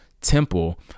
temple